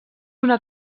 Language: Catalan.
una